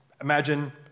Imagine